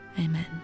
Amen